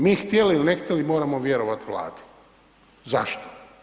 Mi htjeli ili ne htjeli, moramo vjerovati Vladi, zašto?